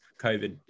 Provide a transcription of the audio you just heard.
covid